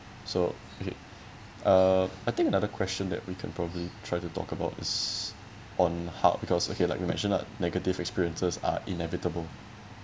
so okay uh I think another question that we can probably try to talk about is on how because okay like you mention that negative experiences are inevitable